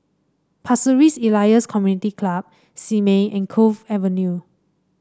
Pasir Ris Elias Community Club Simei and Cove Avenue